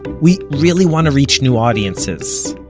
but we really want to reach new audiences!